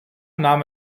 nahm